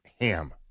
ham